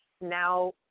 now